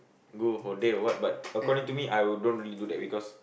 go for a date or what but according to me I will don't really do that because